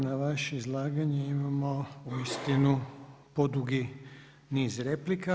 I na vaše izlaganje imamo uistinu podugi niz replika.